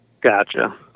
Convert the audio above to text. Gotcha